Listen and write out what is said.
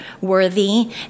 worthy